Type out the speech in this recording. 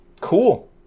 cool